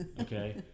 Okay